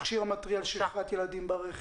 מכשיר המתריע על שכחת ילדים ברכב,